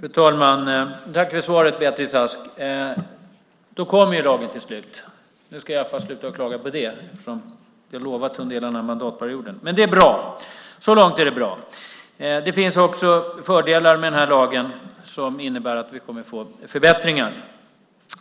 Fru talman! Tack, Beatrice Ask, för svaret! Så kommer då lagen till slut. Nu ska jag i alla fall sluta att klaga på det, för det har lovats under den här mandatperioden. Så långt är det bra. Det finns också fördelar med lagen, som innebär förbättringar.